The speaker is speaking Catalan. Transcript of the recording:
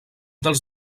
dels